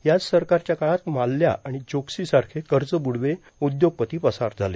याच सरकारच्या काळात माल्ल्या आणि चोक्सीसारखे कर्जबुडवे उद्योगपती पसार झाले